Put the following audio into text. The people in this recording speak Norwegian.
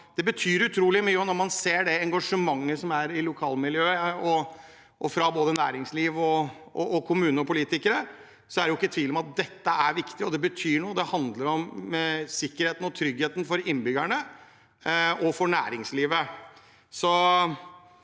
Dette betyr utrolig mye. Når man ser det engasjementet som er i lokalmiljøet fra både næringsliv, kommune og politikere, er det ikke tvil om at dette er viktig, og at det betyr noe. Det handler om sikkerheten og tryggheten for innbyggerne og for næringslivet.